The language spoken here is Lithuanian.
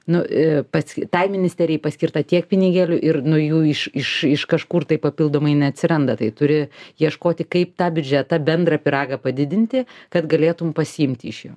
nu pats tai ministerijai paskirta tiek pinigėlių ir nu jų iš iš iš kažkur tai papildomai neatsiranda tai turi ieškoti kaip tą biudžetą bendrą pyragą padidinti kad galėtum pasiimti iš jo